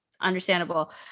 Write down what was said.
understandable